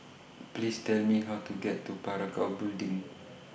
Please Tell Me How to get to Parakou Building